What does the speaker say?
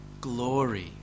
glory